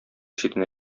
читенә